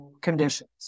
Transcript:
conditions